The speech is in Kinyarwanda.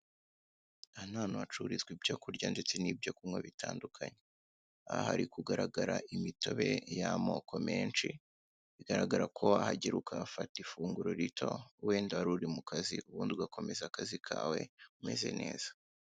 Aha ni ahantu hacururizwa ibyo kurya ndetse n'ibyo kunywa bitandukanye. Aha hari kugaragara imitobe y'amoko menshi, bigaragara ko wahagera ukahafata ifunguro rito wenda wari uri mu kazi ubundi ugakomeza akazi kawe umeze neza.